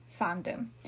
fandom